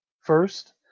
first